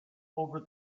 over